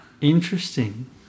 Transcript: Interesting